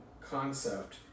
concept